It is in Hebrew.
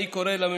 אני קורא לממשלה,